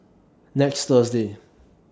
next Thursday